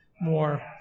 more